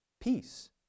peace